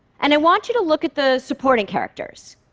and i want you to look at the supporting characters.